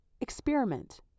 experiment